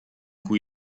cui